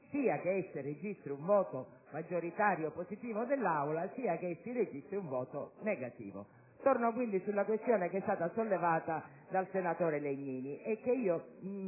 sia che essa registri un voto maggioritario positivo dell'Aula, sia che si registri un voto negativo. Torno quindi sulla questione che è stata sollevata dal senatore Legnini